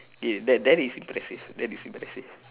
ya that that is impressive that is impressive